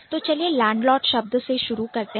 तो चलिए Landlord landlord शब्द से शुरू करते हैं